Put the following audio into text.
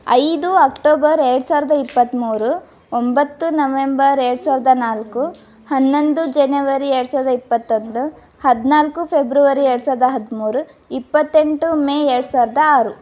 ಐದು ಅಕ್ಟೋಬರ್ ಎರಡು ಸಾವಿರದ ಇಪ್ಪತ್ತ್ಮೂರು ಒಂಬತ್ತು ನವೆಂಬರ್ ಎರಡು ಸಾವಿರದ ನಾಲ್ಕು ಹನ್ನೊಂದು ಜನವರಿ ಎರಡು ಸಾವಿರದ ಇಪ್ಪತ್ತೊಂದು ಹದಿನಾಲ್ಕು ಫೆಬ್ರವರಿ ಎರಡು ಸಾವಿರದ ಹದಿಮೂರು ಇಪ್ಪತ್ತೆಂಟು ಮೇ ಎರಡು ಸಾವಿರದ ಆರು